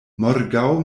morgaŭ